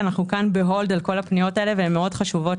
אנחנו כאן בהולד על כל הפניות האלה והן מאוד חשובות